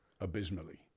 abysmally